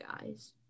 guys